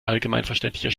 allgemeinverständlicher